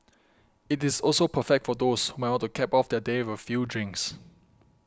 it is also perfect for those might want to cap off their day with a few drinks